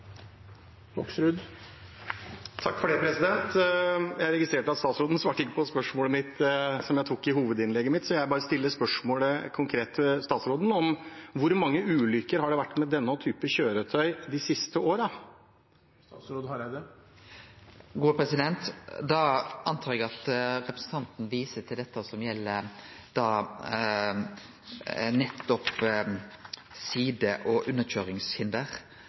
Jeg registrerte at statsråden ikke svarte på spørsmålet som jeg stilte i hovedinnlegget mitt, så jeg stiller det konkrete spørsmålet til statsråden: Hvor mange ulykker har det vært med denne typen kjøretøy de siste årene? Da går eg ut frå at representanten viser til det som gjeld side- og underkøyringshinder. Me har i dag eit regelverk, og